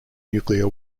nuclear